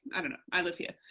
i don't know, i live here.